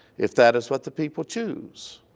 if that is what the people choose.